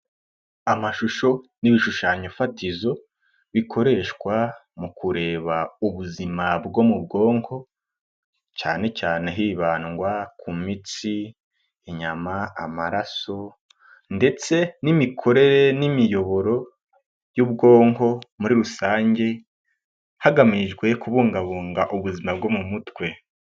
Amashusho n'ibishushanyo fatizo bikoreshwa mu kureba ubuzima bwo mu bwonko cyane cyane hibandwa ku mitsi, inyama, amaraso, ndetse n'imikorere n'imiyoboro y'ubwonko muri rusange, hagamijwe kubungabunga ubuzima bwo mu mutwe.